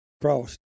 cross